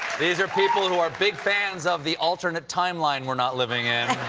these are people who are big fans of the alternate time line we're not living in.